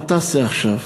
מה תעשה עכשיו?